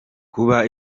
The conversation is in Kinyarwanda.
kuba